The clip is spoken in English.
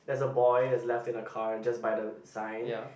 there's a boy is left in the car just by the sign